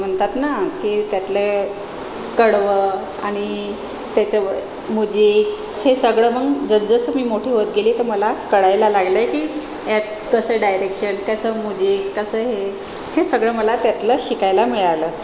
म्हणतात ना की त्यातलं कडवं आणि त्याचं मुजिक हे सगळं मग जसजसं मी मोठी होत गेले तर मला कळायला लागले की यात कसं डायरेक्शन कसं मुजिक कसं हे हे सगळं मला त्यातलं शिकायला मिळालं